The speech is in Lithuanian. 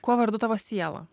kuo vardu tavo siela